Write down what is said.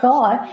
God